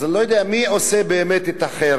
אז אני לא יודע מי עושה באמת את החרם.